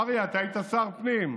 אריה, אתה היית שר פנים.